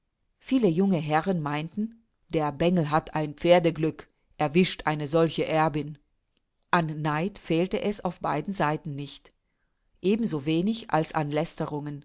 viele junge herren meinten der bengel hat ein pferdeglück erwischt eine solche erbin an neid fehlte es auf beiden seiten nicht eben so wenig als